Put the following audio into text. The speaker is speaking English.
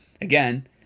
again –